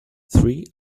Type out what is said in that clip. three